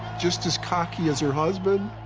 just as cocky as her husband,